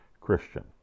Christian